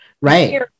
right